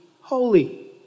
holy